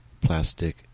Plastic